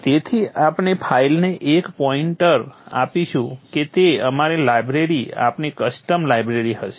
તેથી આપણે ફાઇલને એક પોઇન્ટર આપીશું કે તે અમારી લાઇબ્રેરી આપણી કસ્ટમ લાઈબ્રેરી હશે